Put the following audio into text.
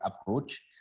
approach